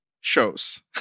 shows